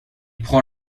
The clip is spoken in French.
prend